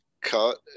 cut